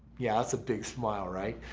yeah that's a big smile right?